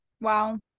Wow